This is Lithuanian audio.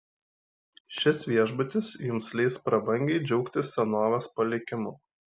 šis viešbutis jums leis prabangiai džiaugtis senovės palikimu